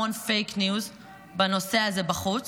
המון פייק ניוז בנושא הזה בחוץ,